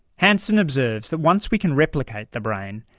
hanson observes that once we can replicate the brain,